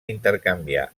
intercanviar